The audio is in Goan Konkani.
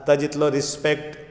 आतां जितलो रिसपॅक्ट